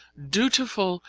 dutifull,